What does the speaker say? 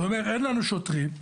אין לנו שוטרים,